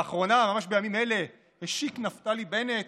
לאחרונה, ממש בימים אלה, השיק נפתלי בנט